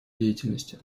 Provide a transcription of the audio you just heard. деятельности